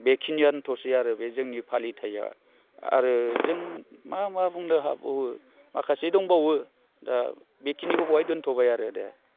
बेखिनियानोथ'सै आरो बे जोंनि फालिथाया आरो जों मा मा बुंनो हाबावो माखासे दंबावो दा बेखिनियाव बहाय दोनथ'बाय आरो दे